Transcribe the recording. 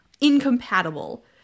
incompatible